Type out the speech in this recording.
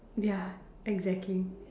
ya exactly